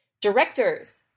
Directors